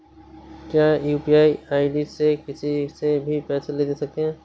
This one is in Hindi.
क्या यू.पी.आई आई.डी से किसी से भी पैसे ले दे सकते हैं?